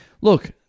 look